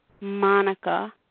Monica